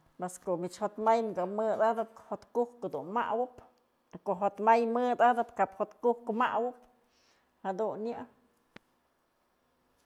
Pues ko'o mich jotmay ka mëdatëp jotkuk dun mawëb y ko'o jotmay mëdatëp kap jotkuk mawëb jadun yë.